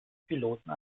piloten